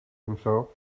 himself